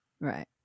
Right